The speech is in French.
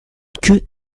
queue